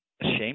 ashamed